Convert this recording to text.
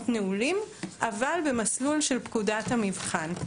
נעולים אבל במסלול של פקודת המבחן.